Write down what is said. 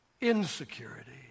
insecurity